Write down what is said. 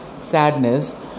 sadness